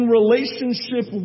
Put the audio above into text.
relationship